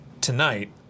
tonight